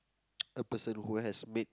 a person who has made